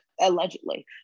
allegedly